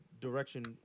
direction